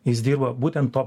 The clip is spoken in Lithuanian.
jis dirba būtent tuo